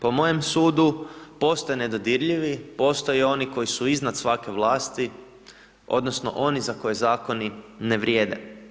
Po mojem sudu, postoje nedodirljivi, postoje oni koji su iznad svake vlasti, odnosno oni za koje Zakoni ne vrijede.